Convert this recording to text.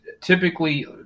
typically